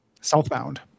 Southbound